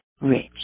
rich